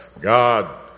God